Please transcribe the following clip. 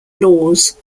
laws